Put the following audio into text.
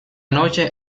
noche